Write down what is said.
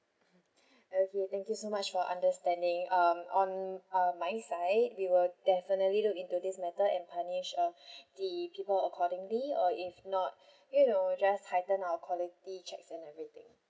mm okay thank you so much for understanding um on uh my side we will definitely look into this matter and punish uh the people accordingly or if not you know just heightened our quality checks and everything